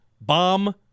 bomb